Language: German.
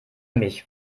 mich